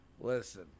listen